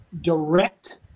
direct